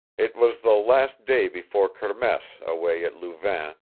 it was the last day before kermesse away at louvain,